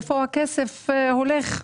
לאיפה הכסף הולך?